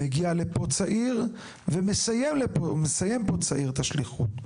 מגיע לפה צעיר ומסיים פה צעיר את השליחות.